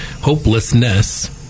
Hopelessness